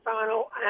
final